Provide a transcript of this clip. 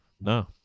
no